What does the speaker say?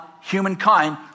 humankind